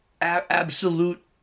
absolute